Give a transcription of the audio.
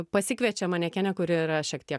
pasikviečia manekenę kuri yra šiek tiek